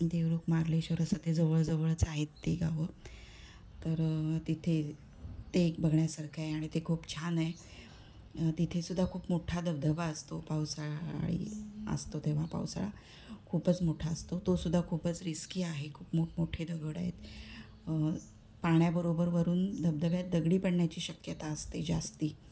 देवरुख मार्लेश्वर असं ते जवळ जवळच आहे ते गावं तर तिथे ते एक बघण्यासारखं आहे आणि ते खूप छान आहे तिथे सुद्धा खूप मोठा धबधबा असतो पावसाळी असतो तेव्हा पावसाळा खूपच मोठा असतो तो सुद्धा खूपच रिस्की आहे खूप मोठमोठे दगड आहेत पाण्याबरोबर वरून धबधब्यात दगडी पडण्याची शक्यता असते जास्त